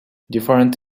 different